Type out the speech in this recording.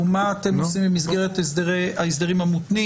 הוא מה אתם עושים במסגרת ההסדרים המותנים.